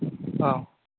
अ